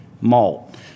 malt